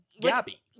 Gabby